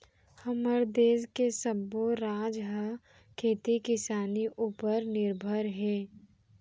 हमर देस के सब्बो राज ह खेती किसानी उपर निरभर हे